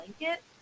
blanket